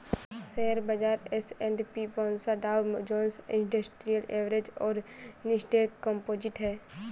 share बाजार S and P पनसो Dow Jones industrial average और नैस्डैक कंपोजिट है